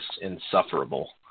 insufferable